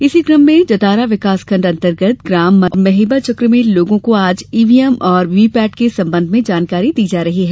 इसी कम में जतारा विकासखड अंतर्गत ग्राम मरगुवां तथा महेबा चक़ में लोगों को आज ईवीएम तथा वीवीपैट के संबंध में जानकारी दी जा रही है